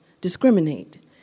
discriminate